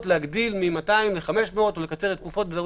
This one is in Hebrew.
להגדיל מ-200 ל-500 או לקצר את התקופות ודברים